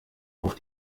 auf